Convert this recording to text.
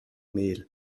mehl